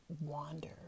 wander